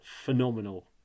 phenomenal